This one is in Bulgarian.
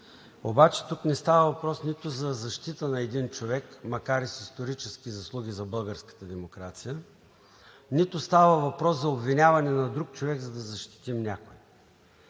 Обаче тук не става въпрос нито за защита на един човек, макар и с исторически заслуги за българската демокрация, нито става въпрос за обвиняване на друг човек, за да защитим някой,